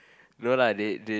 no lah they they